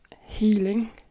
healing